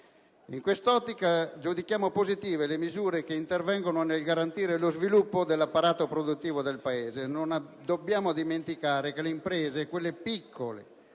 In questa ottica giudichiamo positive le misure che intervengono nel garantire lo sviluppo dell'apparato produttivo del Paese. Non dobbiamo dimenticare che le imprese, quelle piccole